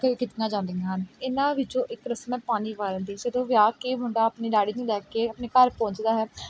ਕਈ ਕੀਤੀਆਂ ਜਾਂਦੀਆਂ ਹਨ ਇਹਨਾਂ ਵਿੱਚੋਂ ਇੱਕ ਰਸਮ ਹੈ ਪਾਣੀ ਵਾਰਨ ਦੀ ਜਦੋਂ ਵਿਆਹ ਕੇ ਮੁੰਡਾ ਆਪਣੀ ਲਾੜੀ ਨੂੰ ਲੈ ਕੇ ਆਪਣੇ ਘਰ ਪਹੁੰਚਦਾ ਹੈ